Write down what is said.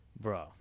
bro